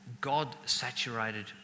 God-saturated